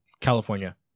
California